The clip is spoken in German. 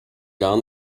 gar